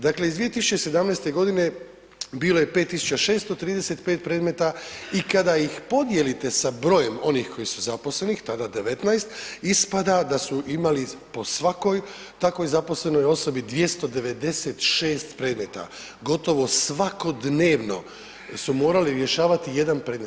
Dakle, iz 2017.g. bilo je 5635 predmeta i kada ih podijelite sa brojem onih koji su zaposlenih, tada 19, ispada da su imali po svakoj takvoj zaposlenoj osobi 296 predmeta, gotovo svakodnevno su morali rješavati jedan predmet.